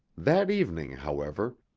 that evening, however,